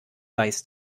weiß